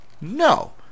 No